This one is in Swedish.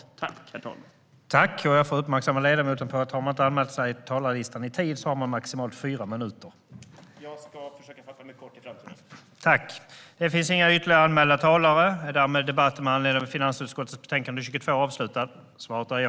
Bank-, försäkrings och kreditupplysnings-frågor